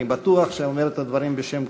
אני בטוח שאני אומר את הדברים בשם כולם,